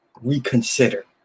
reconsider